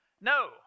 No